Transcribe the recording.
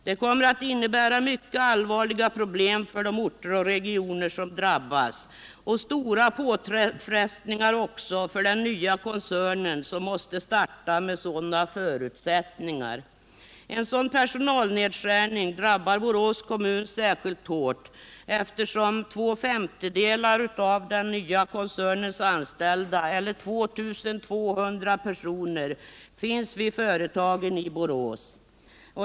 Det kommer att innebära mycket allvarliga problem för de orter och regioner som drabbas och stora påfrestningar för den nya koncernen, som måste starta med sådana förutsättningar. En sådan personalnedskärning drabbar Borås kommun särskilt hårt, eftersom två femtedelar av den nya koncernens anställda eller 2 200 personer finns vid företagen i Borås.